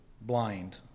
blind